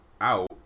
out